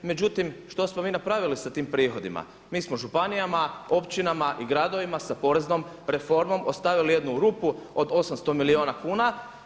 Međutim, što smo mi napravili sa tim prihodima, mi smo županijama, općinama i gradovima sa poreznom reformom ostavili jednu rupu od 800 milijuna kuna.